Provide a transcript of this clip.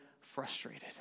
frustrated